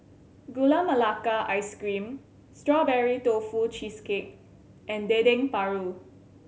Gula Melaka Ice Cream Strawberry Tofu Cheesecake and Dendeng Paru